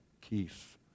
Keith